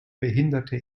behinderte